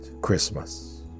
Christmas